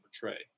portray